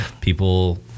people